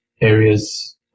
areas